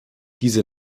diese